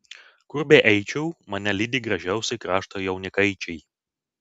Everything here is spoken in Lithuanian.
kur beeičiau mane lydi gražiausi krašto jaunikaičiai